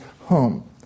home